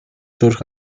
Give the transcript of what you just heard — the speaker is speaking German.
durch